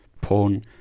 porn